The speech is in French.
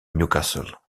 newcastle